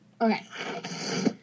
Okay